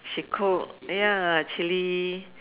she cook ya chilli